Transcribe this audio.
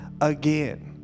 again